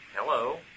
Hello